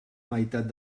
meitat